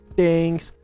Thanks